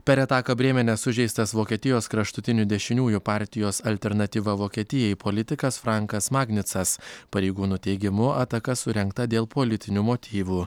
per etaką brėmene sužeistas vokietijos kraštutinių dešiniųjų partijos alternatyva vokietijai politikas frankas magnicas pareigūnų teigimu ataka surengta dėl politinių motyvų